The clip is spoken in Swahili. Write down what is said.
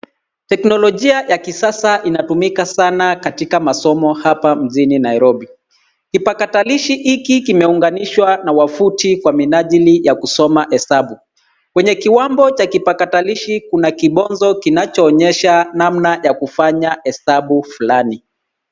Teknologia ya kisasa inatumika sana katika masomo hapa mjini Nairobi. Kipakatanishi hiki kimeunganishwa na wafuti kwa minajili ya kusoma hesabu Kwenye kiwambo cha kipakatalishi kuna kibonzo kinacho onyesha namna ya kufanya hesabu fulani.